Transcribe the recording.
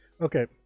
Okay